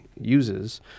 uses